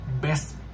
best